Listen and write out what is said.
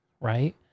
right